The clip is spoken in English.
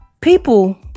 People